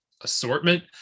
assortment